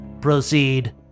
Proceed